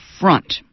front